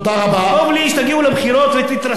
טוב לי שתגיעו לבחירות ותתרסקו,